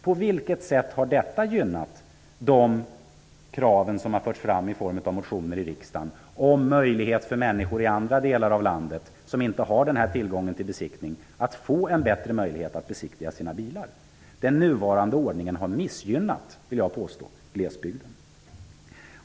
På vilket sätt har detta gynnat de krav som har förts fram i form av motioner i riksdagen om möjlighet för människor i andra delar av landet, som inte har denna tillgång till besiktning, att få en bättre möjlighet att besiktiga sina bilar? Jag vill påstå att nuvarande ordning har missgynnat glesbygden.